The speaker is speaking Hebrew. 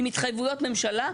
עם התחייבויות ממשלה,